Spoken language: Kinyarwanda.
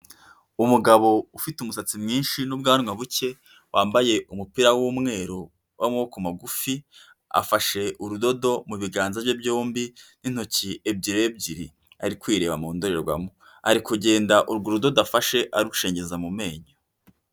Umugabo ufite umusatsi mwinshi n'ubwanwa buke wambaye umupira w'umweru w'amaboko magufi afashe urudodo mu biganza bye byombi n'intoki ebyiri ebyiri ari kwirebaba mu ndorerwamo, ari kugenda urwo rudoda afashe arucengeza mu menyo.